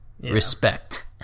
Respect